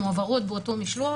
מועברות באותו משלוח,